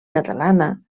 catalana